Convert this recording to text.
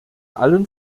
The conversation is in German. allen